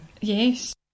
Yes